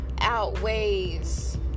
outweighs